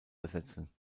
ersetzen